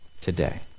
today